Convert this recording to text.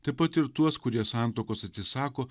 taip pat ir tuos kurie santuokos atsisako